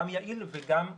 גם יעיל וגם כלכלי.